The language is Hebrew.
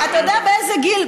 אתה יודע באיזה גיל?